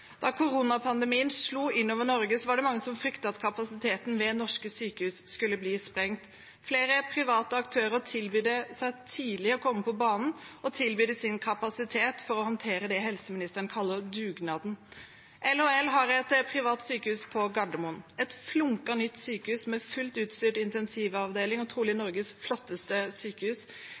Da koronapandemien slo inn over Norge, var det mange som fryktet at kapasiteten ved norske sykehus skulle bli sprengt. Flere private aktører kom tidlig på banen og tilbød sin kapasitet for å håndtere det helseministeren kaller dugnaden. LHL har et privat sykehus på Gardermoen, et flunkende nytt sykehus med en fullt utstyrt intensivavdeling. Det er trolig Norges flotteste sykehus.